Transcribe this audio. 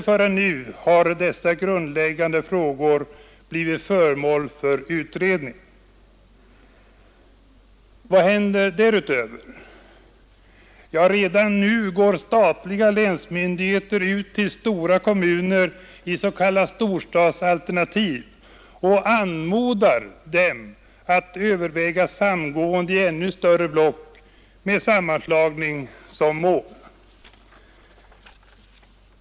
Först nu har dessa grundläggande frågor blivit föremål för utredning. Vad händer därutöver? Jo, redan nu går statliga länsmyndigheter ut till stora kommuner i s.k. storstadsalternativ och anmodar dem att överväga samgående i ännu större block — med sammanslagning som mål.